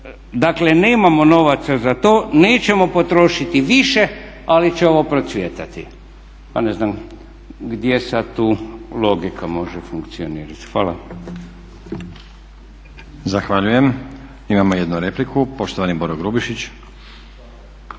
Dakle, nemamo novaca za to, nećemo potrošiti više, ali ćemo procvjetati. Pa ne znam gdje sad tu logika može funkcionirati? Hvala. **Stazić, Nenad (SDP)** Zahvaljujem. Imamo jednu repliku, poštovani Boro Grubišić.